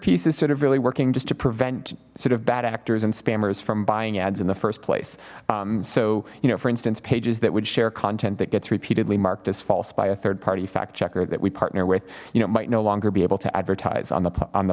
piece is sort of really working just to prevent sort of bad actors and spammers from buying ads in the first place so you know for instance pages that would share content that gets repeatedly marked as false by a third party fact checker that we partner with you know might no longer be able to advertise on the on the